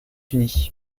unis